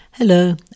Hello